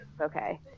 okay